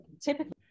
typically